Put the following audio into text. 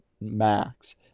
max